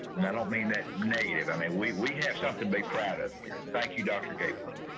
and i don't mean that negative i mean, we we have something big crowd up here and thank you, dr. gateway.